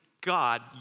God